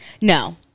No